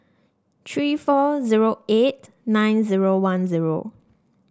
three four zero eight nine zero one zero